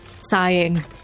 sighing